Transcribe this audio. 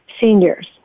seniors